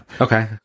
okay